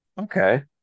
Okay